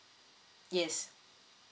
yes